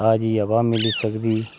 ताजी हवा मिली सकदी